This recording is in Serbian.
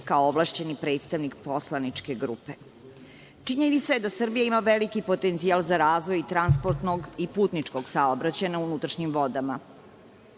kao ovlašćeni predstavnik poslaničke grupe. Činjenica je da Srbija ima veliki potencijal za razvoj transportnog i putničkog saobraćaja na unutrašnjim vodama.